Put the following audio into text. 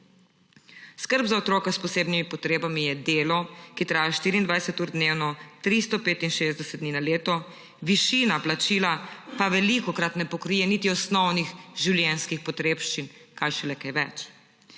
Skrb za otroka s posebnimi potrebami je delo, ki traja 24 ur na dan, 365 dni na leto, višina plačila pa velikokrat ne pokrije niti osnovnih življenjskih potrebščin, kaj šele kaj več.